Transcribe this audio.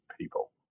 people